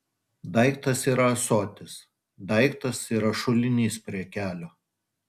daiktas yra ąsotis daiktas yra šulinys prie kelio